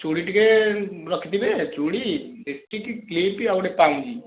ଚୁଡ଼ି ଟିକେ ରଖିଥିବେ ଚୁଡ଼ି ଲିପିଷ୍ଟିକ କ୍ଲିପ ଆଉ ଗୋଟେ ପାଉଁଜି